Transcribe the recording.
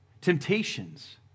Temptations